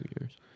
years